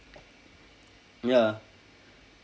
ya